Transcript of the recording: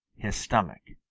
his stomach.